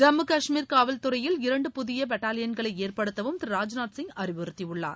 ஜம்மு காஷ்மீர் காவல் துறையில் இரண்டு புதிய பட்டாலியன்களை ஏற்படுத்தவும் திரு ராஜ்நாத் சிங் அறிவுறுத்தியுள்ளார்